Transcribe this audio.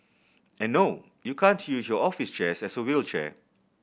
and no you can't use your office chair as a wheelchair